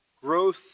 growth